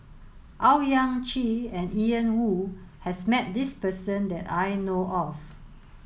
Owyang Chi and Ian Woo has met this person that I know of